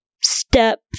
step